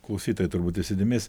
klausytojai turbūt įsidėmės